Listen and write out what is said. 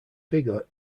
bigger